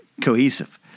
cohesive